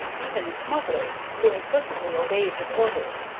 even the smugglers, who implicitly obeyed his orders,